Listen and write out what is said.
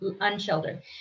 unsheltered